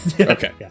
Okay